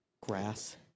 Grass